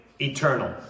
eternal